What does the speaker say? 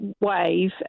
wave